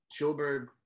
Schulberg